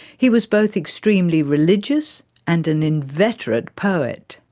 he was both extremely religious and an inveterate poet.